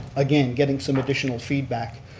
again, getting some additional feedback.